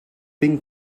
wegen